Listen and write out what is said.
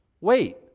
Wait